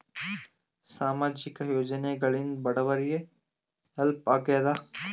ಸಾಮಾಜಿಕ ಯೋಜನೆಗಳಿಂದ ಬಡವರಿಗೆ ಹೆಲ್ಪ್ ಆಗ್ಯಾದ?